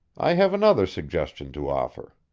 i have another suggestion to offer.